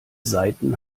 saiten